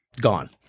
Gone